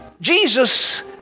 Jesus